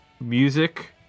music